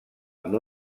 amb